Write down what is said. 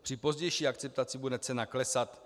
Při pozdější akceptaci bude cena klesat.